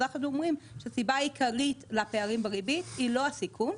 אז אנחנו אומרים שהסיבה העיקרית לפערים בריבית היא לא הסיכון,